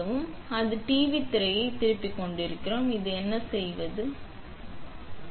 எனவே இப்போது அது டிவி திரையைத் திருப்பிக் கொண்டிருக்கிறோம் இது என்ன செய்வது இங்கே இருந்து படத்தை எடுத்துக்கொள்வது திரையில் தோன்றும்